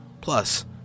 Plus